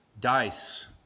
dice